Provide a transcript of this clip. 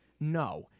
No